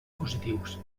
positius